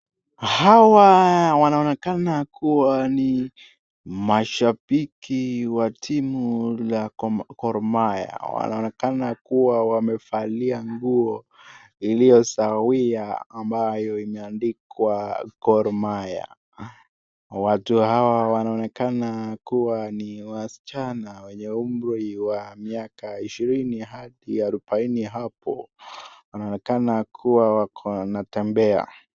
Hawa wanaonekana kuwa ni mashabiki wa timu ya Gor mahia wanaonekana kuwa wamevalia nguoiliyisawiya ambaye imeandikwa gor mahai watu hawa wanaonekana kuwa ni wasichana wenye umri ishirini arbaini inaonekana kuwa anatembea.